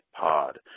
pod